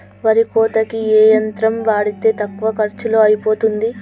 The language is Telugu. వరి కోతకి ఏ యంత్రం వాడితే తక్కువ ఖర్చులో అయిపోతుంది?